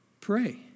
pray